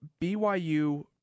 BYU